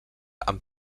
amb